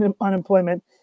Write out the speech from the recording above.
unemployment